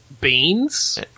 Beans